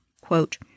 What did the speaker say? quote